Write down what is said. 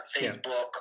facebook